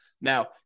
Now